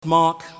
Mark